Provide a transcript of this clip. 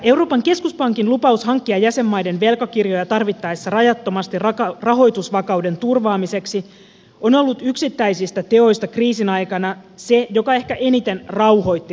euroopan keskuspankin lupaus hankkia jäsenmaiden velkakirjoja tarvittaessa rajattomasti rahoitusvakauden turvaamiseksi on ollut yksittäisistä teoista kriisin aikana se mikä ehkä eniten rauhoitti rahoitusmarkkinoita